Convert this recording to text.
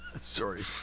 Sorry